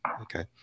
Okay